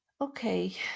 Okay